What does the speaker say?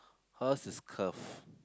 hers is curve